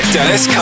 Dennis